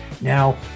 Now